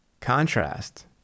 contrast